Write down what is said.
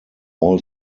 all